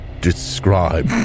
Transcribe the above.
describe